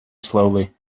slowly